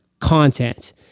Content